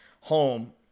home